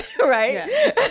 Right